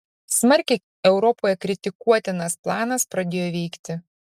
smarkiai europoje kritikuotinas planas pradėjo veikti